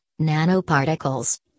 nanoparticles